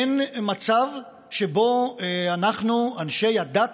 אין מצב שבו אנחנו, אנשי הדת,